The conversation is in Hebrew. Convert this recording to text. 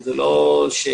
זה לא שאם